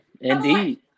Indeed